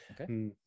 Okay